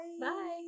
Bye